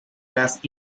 gas